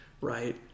right